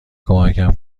کمکم